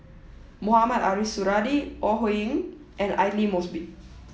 Mohamed Ariff Suradi Ore Huiying and Aidli Mosbit